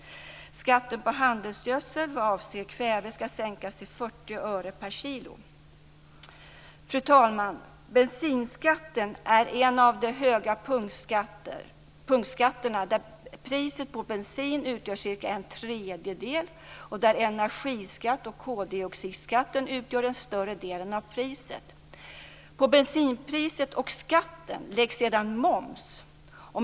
Skatten på handelsgödsel vad avser kväve ska sänkas till 40 öre per kilo. Fru talman! Bensinskatten är en av de höga punktskatterna där priset på bensin utgör cirka en tredjedel och där energiskatten och koldioxidskatten utgör den större delen av priset. På bensinpriset och skatten läggs sedan momsen.